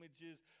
images